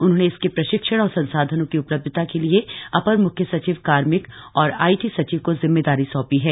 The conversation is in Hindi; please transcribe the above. उन्होंने इसके प्रशिक्षण और संसाधनों की उपलब्धता के लिए अपर मुख्य सचिव कार्मिक और आईटी सचिव को जिम्मेदारी सौंपी है